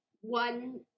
one